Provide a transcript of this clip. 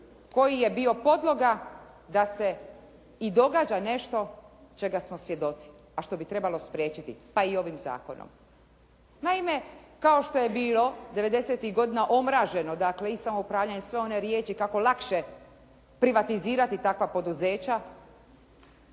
koji je bio podloga da se i događa nešto čega smo svjedoci, a što bi trebalo spriječiti, pa i ovim zakonom. Naime, kao što je bilo devedesetih godina omraženo, dakle i samoupravljanje i sve one riječi kako lakše privatizirati takva poduzeća,